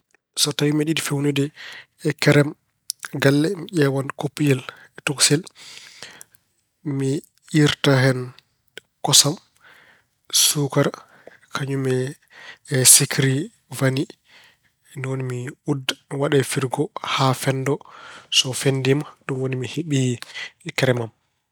So tawi mbeɗa yiɗi feewnude kerem galle, mi ƴeewan koppuyel tokosel. Mi iirta hen kosam, suukara kañum e sikiri wani. Ni woni mi udda e firgo haa fenndoo. So fenndiima, ɗum woni mi heɓii kerem am.